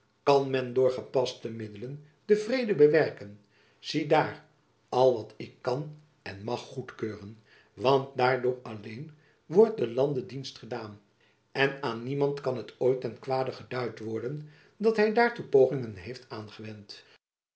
kan men door gepaste middelen den vrede bewerken ziedaar al wat ik kan en mag jacob van lennep elizabeth musch goedkeuren want daardoor alleen wordt den lande dienst gedaan en aan niemand kan het ooit ten kwade geduid worden dat hy daartoe pogingen heeft aangewend